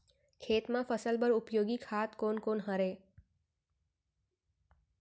खेत म फसल बर उपयोगी खाद कोन कोन हरय?